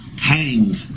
hang